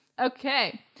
okay